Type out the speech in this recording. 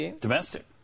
domestic